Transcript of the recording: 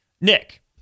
Nick